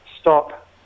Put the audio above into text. stop